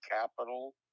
capital